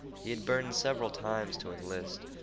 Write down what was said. he had burned several times to enlist.